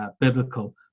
biblical